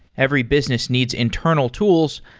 every business needs internal tools,